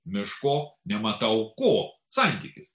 miško nematau ko santykis